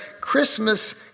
Christmas